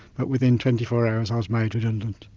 but within twenty four hours i was made redundant.